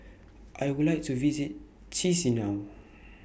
I Would like to visit Chisinau